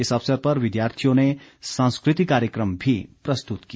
इस अवसर पर विद्यार्थियों ने सांस्कृतिक कार्यक्रम भी प्रस्तुत किया